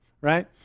right